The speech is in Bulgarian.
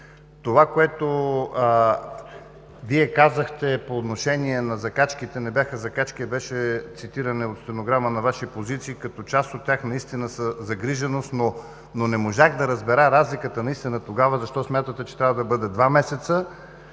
Това, което Вие казахте по отношение на закачките, не бяха закачки, а беше цитиране от стенограма на Ваши позиции, като част от тях наистина са загриженост. Не можах обаче да разбера разликата: защо тогава смятате, че трябва да бъде два месеца,